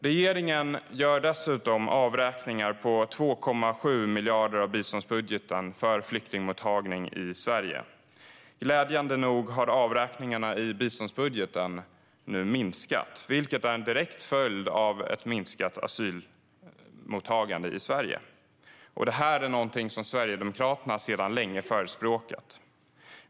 Regeringen gör dessutom avräkningar på 2,7 miljarder av biståndsbudgeten för flyktingmottagning i Sverige. Glädjande nog har avräkningarna i biståndsbudgeten nu minskat, vilket är en direkt följd av ett minskat asylmottagande i Sverige. Detta är någonting som Sverigedemokraterna sedan länge förespråkat.